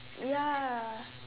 ya